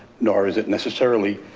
nor is it necessarily,